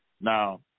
Now